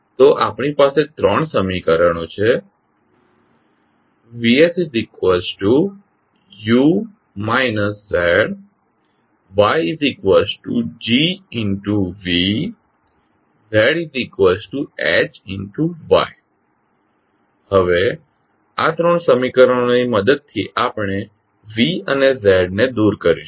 તો આપણી પાસે આ ત્રણ સમીકરણો છે VsUs Zs YsGsVs ZsHsY હવે આ ત્રણ સમીકરણોની મદદથી આપણે V અને Z ને દૂર કરીશું